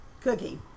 Cookie